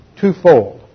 twofold